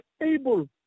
able